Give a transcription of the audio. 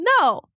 No